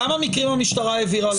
כמה מקרים המשטרה העבירה לפרקליטות?